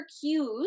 cues